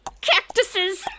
Cactuses